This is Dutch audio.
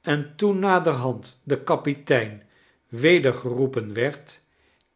en toen naderhand de kapitein weder geroepen werd